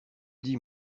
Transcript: dis